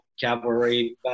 Cavalry